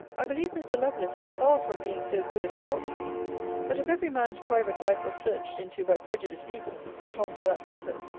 i believe mr. lovelace is far from being so good as he ought to be but if every man's private life was searched into by prejudiced people, set on for that purpose,